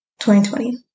2020